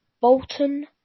Bolton